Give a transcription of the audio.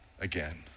again